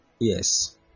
Yes